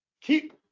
Keep –